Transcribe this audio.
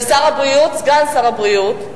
וסגן שר הבריאות?